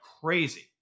crazy